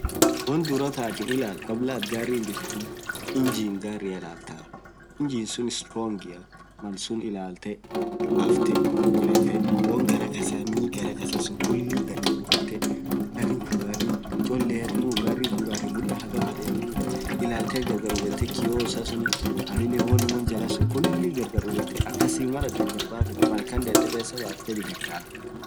won duraa taatin illalt kabla atiin hinbitetiin injin garia ilaltaa, woan garaa kasaa kulii gargar ilalltee, garin kuun cholea mudaa haggam hadenii?ilaltee gargar hubetee kioo isaa woan jalaa kulii duub refuu detee pesa baaftee bitetaa.